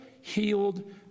healed